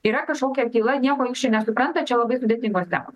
yra kažkokia tyla nieko jūs čia nesupranta čia labai sudėtingos temos